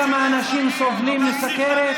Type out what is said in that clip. אתה יודע כמה אנשים סובלים מסוכרת?